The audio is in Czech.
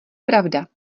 pravda